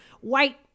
white